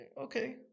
okay